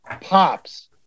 pops